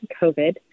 COVID